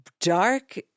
dark